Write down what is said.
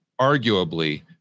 arguably